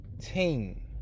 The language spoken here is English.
team